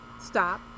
stop